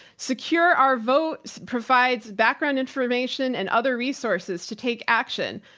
secure our votes provides background information and other resources to take action.